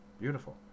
beautiful